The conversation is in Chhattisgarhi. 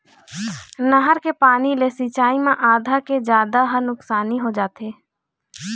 नहर के पानी ले सिंचई म आधा के जादा ह नुकसानी हो जाथे